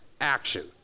action